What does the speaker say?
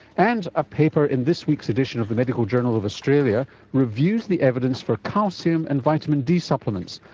and a paper in this week's edition of the medical journal of australia reviews the evidence for calcium and vitamin d supplements,